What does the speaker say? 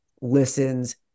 listens